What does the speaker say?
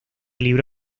libro